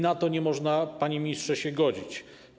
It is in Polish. Na to nie można, panie ministrze, się godzić.